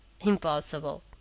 Impossible